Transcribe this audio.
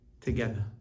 together